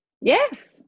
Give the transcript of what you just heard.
Yes